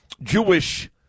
Jewish